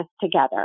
together